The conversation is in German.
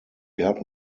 gab